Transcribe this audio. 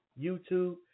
YouTube